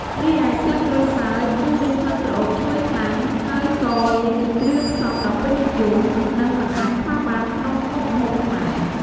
រីឯស្លឹកក្រូចសើច គឺមានក្លិនក្រអូបឈ្ងុយខ្លាំង ហើយក៏វាជាគ្រឿងផ្សំដ៏ពេញនិយម និងមិនអាចខ្វះបានក្នុងមុខម្ហូបខ្មែរ។